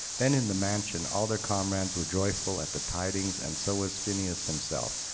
then in the mansion all their comrades were joyful at the tidings and so was phineus himself.